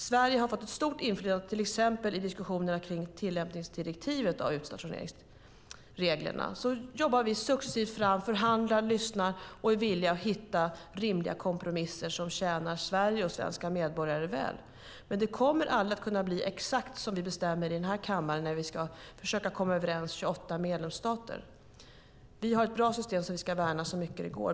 Sverige har fått ett stort inflytande till exempel i diskussionerna kring tillämpningsdirektivet när det gäller utstationeringsreglerna. Vi jobbar successivt framåt, förhandlar, lyssnar och är villiga att hitta rimliga kompromisser som tjänar Sverige och svenska medborgare väl. Men det kommer aldrig att kunna bli exakt som vi bestämmer i den här kammaren när 28 medlemsstater ska försöka komma överens. Vi har ett bra system som vi ska värna så mycket det går.